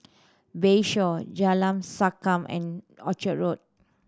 Bayshore Jalan Sankam and Orchard Road